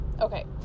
Okay